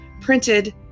printed